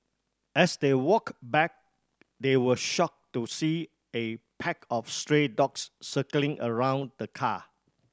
as they walk back they were shocked to see a pack of stray dogs circling around the car